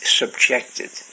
subjected